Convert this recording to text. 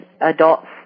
adults